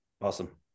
Awesome